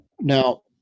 Now